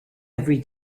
every